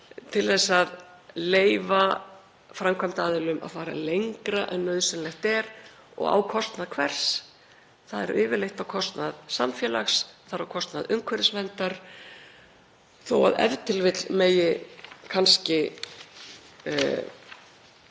til að leyfa framkvæmdaaðilum að fara lengra en nauðsynlegt er. Og á kostnað hvers? Það er yfirleitt á kostnað samfélags, það er á kostnað umhverfisverndar, þótt e.t.v. megi græða